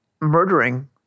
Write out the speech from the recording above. murdering